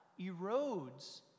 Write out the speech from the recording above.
erodes